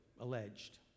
alleged